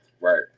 Right